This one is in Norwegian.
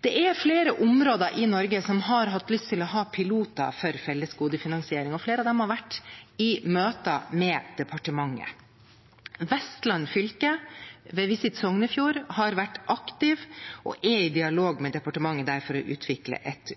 Det er flere områder i Norge som har hatt lyst til å ha piloter for fellesgodefinansiering, og flere av dem har vært i møter med departementet. Vestland fylke, ved Visit Sognefjord, har vært aktive og er i dialog med departementet for å utvikle et